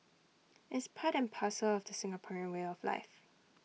it's part and parcel of the Singaporean way of life